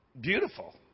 beautiful